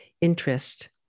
interest